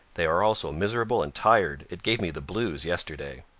they are all so miserable and tired, it gave me the blues yesterday.